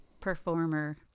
performer